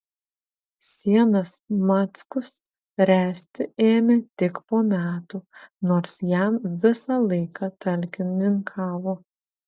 sienas mackus ręsti ėmė tik po metų nors jam visą laiką talkininkavo